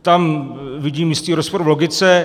Tam vidím jistý rozpor v logice.